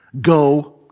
Go